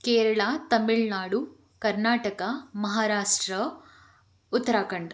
Kerala Tamil Nadu Karnataka Maharashtra Uttarakhand